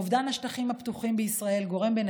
אובדן השטחים הפתוחים בישראל גורם בין